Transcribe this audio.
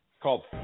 called